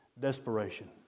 desperation